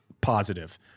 Positive